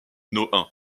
nohain